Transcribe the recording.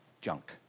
junk